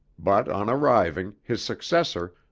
but on arriving, his successor,